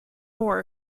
more